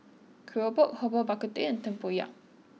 Keropok Herbal Bak Ku Teh and Tempoyak